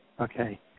Okay